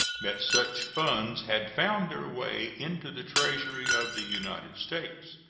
that such funds had found their way into the treasury of the united states.